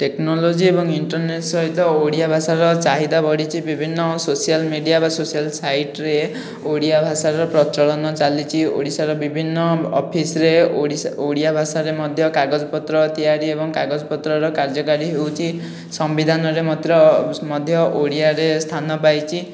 technology ଏବଂ internet ସହିତ ଓଡ଼ିଆ ଭାଷାର ଚାହିଦା ବଢିଛି ବିଭିନ୍ନ ସୋସିଆଲ ମିଡ଼ିଆ ସୋସିଆଲ ସାଇଟରେ ଓଡ଼ିଆ ଭାଷାର ପ୍ରଚଳନ ଚାଲିଛି ଓଡ଼ିଶାର ବିଭିନ୍ନ ଅଫିସରେ ଓଡ଼ିଶା ଓଡ଼ିଆ ଭାଷାରେ ମଧ୍ୟ କାଗଜ ପତ୍ର ତିଆରି ଏବଂ କାଗଜ ପତ୍ର କାର୍ଯ୍ୟକାରୀ ହେଉଛି ସମ୍ଭିଧାନରେ ମଧ୍ୟ ଓଡ଼ିଆରେ ସ୍ଥାନ ପାଇଛି